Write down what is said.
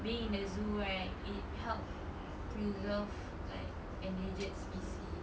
being in the zoo right it helps preserve like endangered species